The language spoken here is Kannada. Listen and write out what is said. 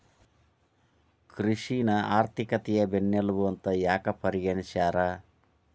ಕೃಷಿನ ಆರ್ಥಿಕತೆಯ ಬೆನ್ನೆಲುಬು ಅಂತ ಯಾಕ ಪರಿಗಣಿಸ್ಯಾರ?